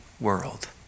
world